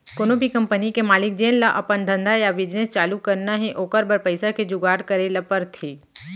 कोनो भी कंपनी के मालिक जेन ल अपन धंधा या बिजनेस चालू करना हे ओकर बर पइसा के जुगाड़ करे ल परथे